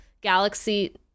galaxy